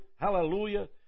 Hallelujah